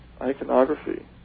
iconography